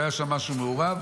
שהיה שם משהו מעורב,